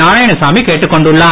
நாராயணசாமி கேட்டுக்கொண்டுள்ளார்